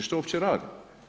Što uopće rade?